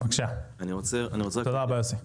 תודה רבה, יוסי.